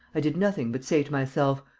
i did nothing but say to myself,